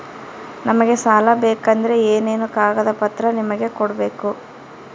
ನಮಗೆ ಸಾಲ ಬೇಕಂದ್ರೆ ಏನೇನು ಕಾಗದ ಪತ್ರ ನಿಮಗೆ ಕೊಡ್ಬೇಕು?